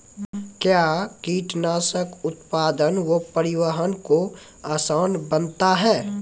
कया कीटनासक उत्पादन व परिवहन को आसान बनता हैं?